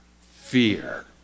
fear